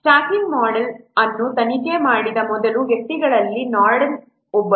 staffing model ಅನ್ನು ತನಿಖೆ ಮಾಡಿದ ಮೊದಲ ವ್ಯಕ್ತಿಗಳಲ್ಲಿ ನಾರ್ಡೆನ್ ಒಬ್ಬರು